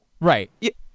Right